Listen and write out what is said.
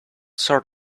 sort